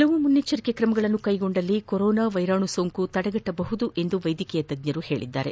ಹಲವು ಮುನ್ನೆಚ್ಚರಿಕೆಯ ಕ್ರಮಗಳನ್ನು ಕೈಗೊಂಡರೆ ಕೊರೋನಾ ವೈರಸ್ ಸೋಂಕು ತಡೆಗಟ್ಟಬಹುದು ಎಂದು ವ್ಲೆದ್ಗಕೀಯ ತಜ್ವರು ಹೇಳಿದ್ದಾರೆ